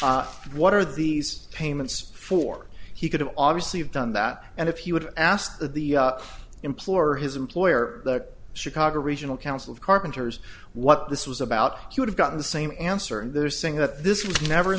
what are these payments for he could have obviously have done that and if he would ask the employer his employer the chicago regional council of carpenter's what this was about he would have gotten the same answer and they're saying that this was never